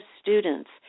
students